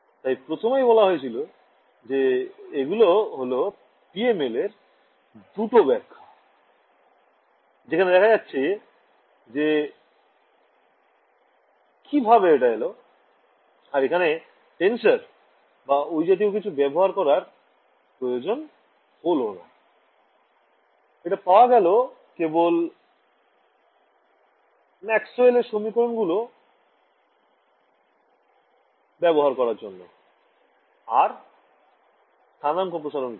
তাই প্রথমেই বলা হয়েছিল যে এগুলো হল PML এর দুটো ব্যখ্যা যেখানে দেখা যাচ্ছে যে কিভাবে এটা এল আর এখানে টেনসর বা ঐ জাতীয় কিছু ব্যবহার করার প্রয়োজন হল না এটা পাওয়া গেল কেবল ম্যাক্সওয়েলের সমীকরণ গুলো ব্যবহার করার জন্য আর স্থানাঙ্ক প্রসারণ করে